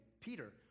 peter